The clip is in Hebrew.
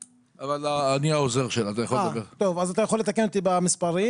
(30.61 שקלים חדשים נכון ליום י' בניסן התשפ"ג (1 באפריל